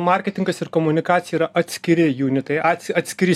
marketingas ir komunikacija yra atskiri junitai atskiri